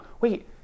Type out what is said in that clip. wait